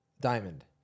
Diamond